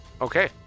Okay